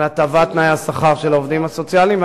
על הטבת תנאי השכר של העובדים הסוציאליים,